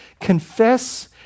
confess